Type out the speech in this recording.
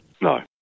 No